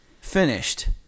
finished